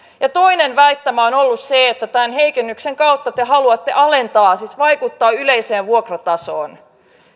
toinen väittämä on ollut se että tämän heikennyksen kautta te haluatte vaikuttaa yleiseen vuokratasoon alentavasti